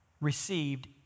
received